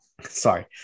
Sorry